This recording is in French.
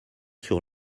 sur